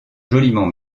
joliment